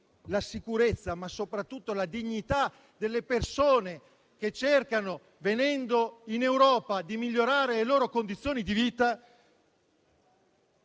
la sicurezza, ma soprattutto la dignità, delle persone che, venendo in Europa, cercano di migliorare le loro condizioni di vita,